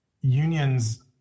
unions